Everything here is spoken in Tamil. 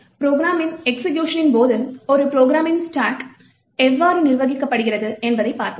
எனவே ப்ரோக்ராமின் எக்சிகியூஷனின் போது ஒரு ப்ரோக்ராமின் ஸ்டாக் எவ்வாறு நிர்வகிக்கப்படுகிறது என்பதைப் பார்ப்போம்